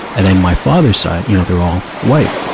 and then my father's side, you know, they're all white.